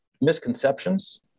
misconceptions